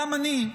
גם אני,